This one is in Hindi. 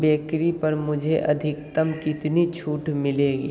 बेकरी पर मुझे अधिकतम कितनी छूट मिलेगी